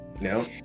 No